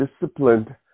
disciplined